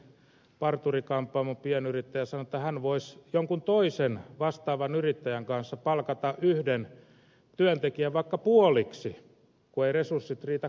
parturikampaamopienyrittäjä sanoi että hän voisi jonkun toisen vastaavan yrittäjän kanssa palkata yhden työntekijän vaikka puoliksi kun eivät resurssit riitä kokonaiseen